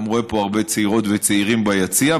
אני גם רואה פה הרבה צעירות וצעירים ביציע,